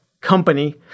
company